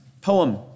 poem